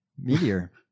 meteor